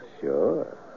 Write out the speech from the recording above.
Sure